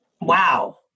Wow